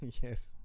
yes